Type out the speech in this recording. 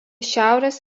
šiaurės